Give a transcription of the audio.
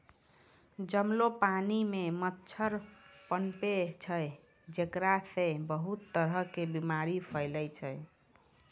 जमलो पानी मॅ मच्छर पनपै छै जेकरा सॅ बहुत तरह के बीमारी फैलै छै